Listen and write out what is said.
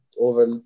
over